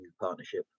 partnership